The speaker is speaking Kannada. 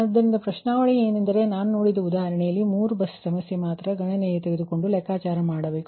ಆದ್ದರಿಂದ ಪ್ರಶ್ನೆ ಏನೆಂದರೆ ನಾವು ನೋಡಿದ ಉದಾಹರಣೆಗಳಲ್ಲಿ 3 ಬಸ್ ಸಮಸ್ಯೆ ಮಾತ್ರ ಗಣನೆಗೆ ತೆಗೆದುಕೊಂಡು ಲೆಕ್ಕಾಚಾರ ಮಾಡಬೇಕು